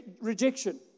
rejection